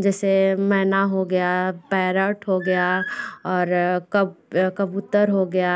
जैसे मैना हो गया पैरोट हो गया और कब कबूतर हो गया